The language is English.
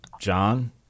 John